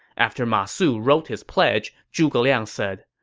after ma su wrote his pledge, zhuge liang said,